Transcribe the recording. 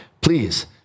please